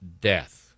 death